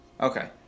okay